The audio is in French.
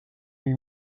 huit